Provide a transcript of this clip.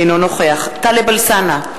אינו נוכח טלב אלסאנע,